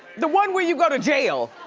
the one where you go to jail.